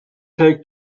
take